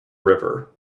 river